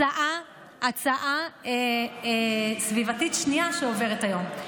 זו הצעה סביבתית שנייה שעוברת היום.